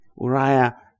Uriah